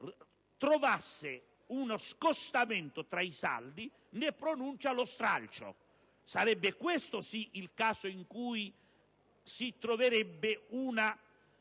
trovasse uno scostamento tra i saldi, ne pronuncia lo stralcio. Sarebbe, questo sì, il caso in cui si troverebbe una